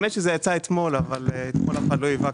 האמת היא שזה יצא אתמול אבל אתמול אף אחד לא ייבא כלום.